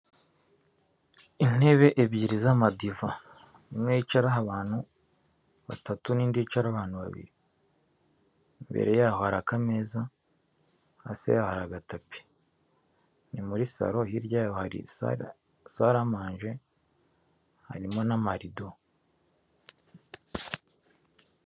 Intebe ebyiri z' amadiva, imwe yicaraho abantu batatu n'indi yicaraho abantu babiri, imbere yaho hari akameza hasi yaho hari agatapi ni muri salo hirya yayo hari saramanje harimo n'amarido.